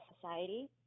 society